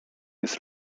jest